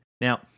Now